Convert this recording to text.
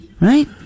Right